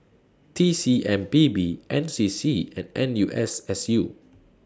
T C M P B N C C and N U S S U